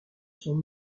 son